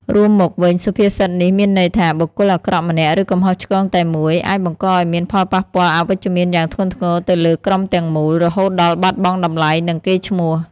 រួមមកវិញ សុភាសិតនេះមានន័យថា បុគ្គលអាក្រក់ម្នាក់ ឬកំហុសឆ្គងតែមួយ អាចបង្កឲ្យមានផលប៉ះពាល់អវិជ្ជមានយ៉ាងធ្ងន់ធ្ងរទៅលើក្រុមទាំងមូល រហូតដល់បាត់បង់តម្លៃ និងកេរ្តិ៍ឈ្មោះ។